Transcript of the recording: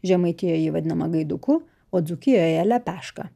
žemaitijoj ji vadinama gaiduku o dzūkijoje lepeška